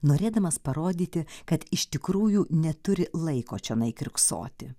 norėdamas parodyti kad iš tikrųjų neturi laiko čionai kiurksoti